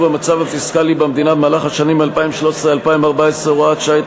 המצב הפיסקלי במדינה במהלך השנים 2013 ו-2014 (הוראת שעה),